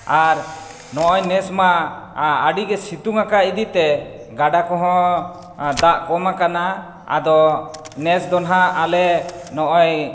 ᱟᱨ ᱱᱚᱜᱼᱚᱭ ᱱᱮᱥ ᱢᱟ ᱟᱹᱰᱤᱜᱮ ᱥᱤᱛᱩᱝ ᱟᱠᱟᱫ ᱤᱫᱤᱛᱮ ᱜᱟᱰᱟ ᱠᱚᱦᱚᱸ ᱫᱟᱜ ᱠᱚᱢ ᱟᱠᱟᱱᱟ ᱟᱫᱚ ᱱᱮᱥ ᱫᱚ ᱱᱟᱦᱟᱜ ᱟᱞᱮ ᱱᱚᱜᱼᱚᱭ